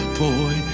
boy